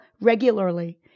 regularly